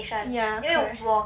ya correct